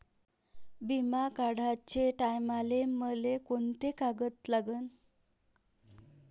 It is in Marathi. बिमा काढाचे टायमाले मले कोंते कागद लागन?